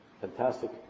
fantastic